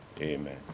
Amen